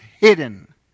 hidden